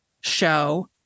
show